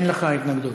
אין לך התנגדות?